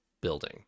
building